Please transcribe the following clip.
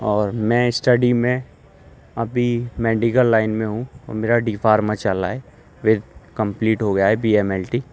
اور میں اسٹڈی میں ابھی میڈیکل لائن میں ہوں اور میرا ڈی فارما چل رہا ہے پھر کمپلیٹ ہو گیا ہے بی ایم ایل ٹی